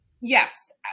Yes